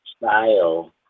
style